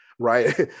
Right